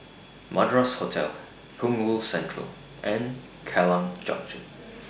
Madras Hotel Punggol Central and Kallang Junction